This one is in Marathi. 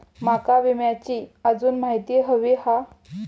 माका विम्याची आजून माहिती व्हयी हा?